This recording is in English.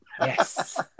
Yes